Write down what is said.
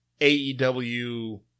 AEW